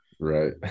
right